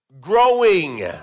Growing